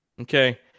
Okay